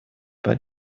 bei